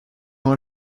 ont